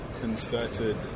concerted